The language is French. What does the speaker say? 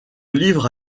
livre